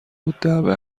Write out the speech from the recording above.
الدعوه